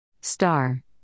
Star